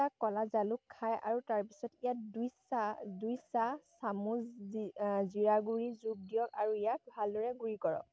ক'লা জালুক খায় আৰু তাৰপিছত ইয়াত দুই চাহ দুই চাহ চামুচ জিৰা গুড়ি যোগ দিয়ক আৰু ইয়াক ভালদৰে গুড়ি কৰক